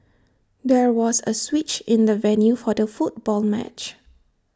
there was A switch in the venue for the football match